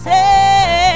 Say